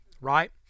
right